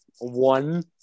one